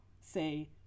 say